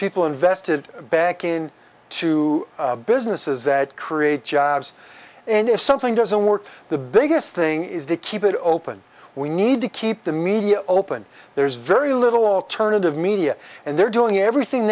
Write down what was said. people invested back in to businesses that create jobs and if something doesn't work the biggest thing is they keep it open we need to keep the media open there's very little alternative media and they're doing everything